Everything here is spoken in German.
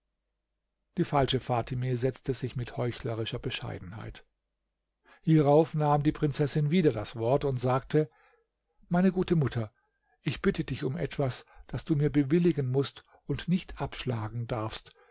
die falsche fatime setzte sich mit heuchlerischer bescheidenheit hierauf nahm die prinzessin wieder das wort und sagte meine gute mutter ich bitte dich um etwas das du mir bewilligen mußt und nicht abschlagen darfst